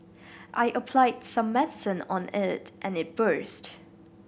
I applied some medicine on it and it burst